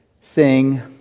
sing